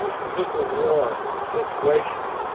civil war situation,